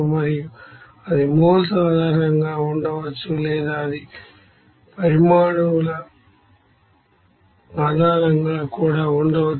మరియు అది మోల్స్ ఆధారంగా ఉండవచ్చు లేదా అది ఆటోమ్స్ ఆధారంగా కూడా ఉండవచ్చు